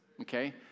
Okay